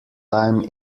time